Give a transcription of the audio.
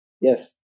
Yes